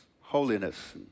holiness